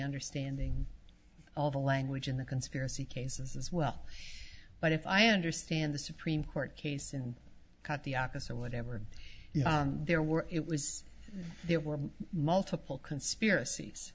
understanding all the language in the conspiracy cases as well but if i understand the supreme court case and caught the opposite whatever there were it was there were multiple conspiracies